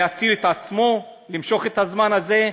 להציל את עצמו, למשוך את הזמן הזה,